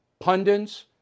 pundits